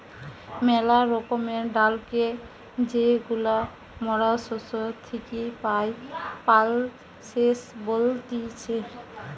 মেলা রকমের ডালকে যেইগুলা মরা শস্য থেকি পাই, পালসেস বলতিছে